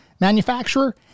manufacturer